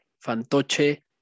fantoche